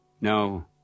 No